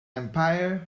empire